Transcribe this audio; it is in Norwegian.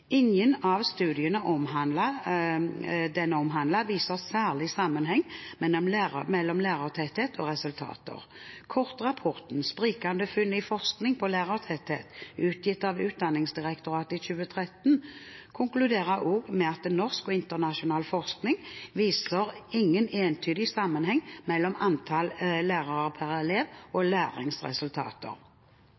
Ingen av studiene den omhandler, viser særlig sammenheng mellom lærertetthet og resultater. Kortrapporten «Sprikende funn i forskning på lærertetthet», utgitt av Utdanningsdirektoratet i 2013, konkluderte også med: «Norsk og internasjonal forskning viser ingen entydig sammenheng mellom antall lærere per elev og